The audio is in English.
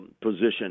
position